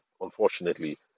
unfortunately